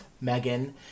Megan